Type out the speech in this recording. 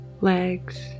legs